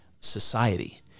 society